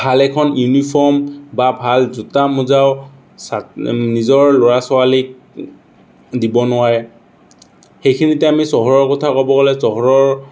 ভাল এখন ইউনিফৰ্ম বা ভাল জোতা মোজাও নিজৰ ল'ৰা ছোৱালীক দিব নোৱাৰে সেইখিনিতে আমি চহৰৰ কথা ক'ব গ'লে চহৰৰ